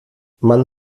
man